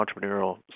entrepreneurial